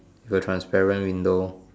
got transparent window